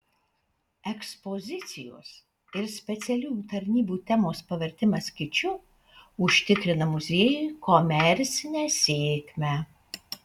ekspozicijos ir specialiųjų tarnybų temos pavertimas kiču užtikrina muziejui komercinę sėkmę